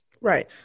Right